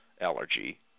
allergy